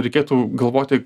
reikėtų galvoti